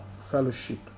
fellowship